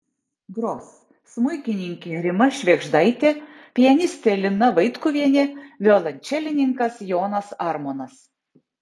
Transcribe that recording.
gros smuikininkė rima švėgždaitė pianistė lina vaitkuvienė violončelininkas jonas armonas